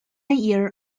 year